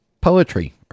poetry